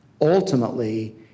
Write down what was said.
ultimately